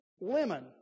lemon